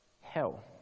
Hell